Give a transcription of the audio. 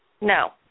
No